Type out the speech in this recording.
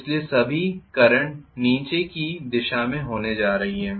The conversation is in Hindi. इसलिए सभी करंट नीचे की दिशा में होने जा रही है